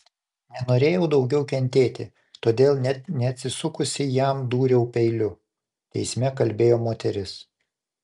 nenorėjau daugiau kentėti todėl net neatsisukusi jam dūriau peiliu teisme kalbėjo moteris